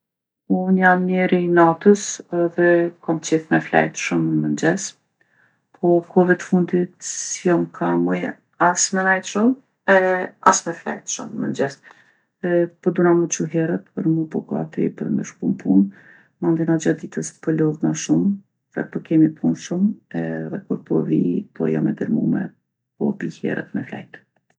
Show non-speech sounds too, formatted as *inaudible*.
Unë jam njeri i natës edhe kom qejf me flejtë shumë n'mëngjez. Po kohve t'fundit s'jom kah muj as me nejtë shumë e as me flejtë shumë n'mëngjez. *hesitation* Po duhna mu çu herët për mu bo gati për me shku n'punë, mandena gjatë ditës po lodhna shumë dhe po kemi punë shumë edhe kur po vi po jom e dërmume, po bi herët me flejtë.